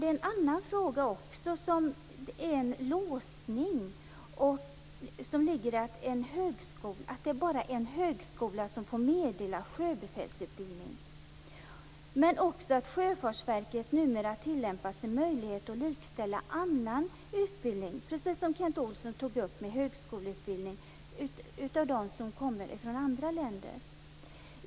Det är en annan fråga som innebär en låsning, och det är att det bara är en högskola som får meddela sjöbefälsutbildning. Men Sjöfartsverket tillämpar numera en möjlighet att likställa annan utbildning, precis som Kent Olsson tog upp, med högskoleutbildning av dem som kommer från andra länder.